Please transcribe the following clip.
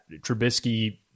Trubisky